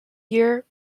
year